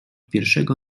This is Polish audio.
pierwszego